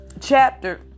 chapter